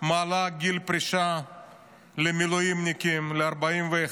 הממשלה מעלה את גיל הפרישה למילואימניקים עד גיל 41,